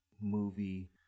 movie